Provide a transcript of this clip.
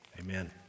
Amen